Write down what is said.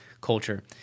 culture